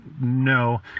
No